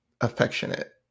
affectionate